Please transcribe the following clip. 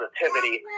positivity